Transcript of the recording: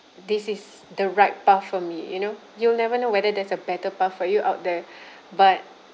this is the right path for me you know you'll never know whether there's a better path for you out there but